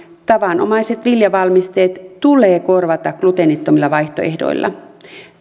tavanomaiset viljavalmisteet tulee korvata gluteenittomilla vaihtoehdoilla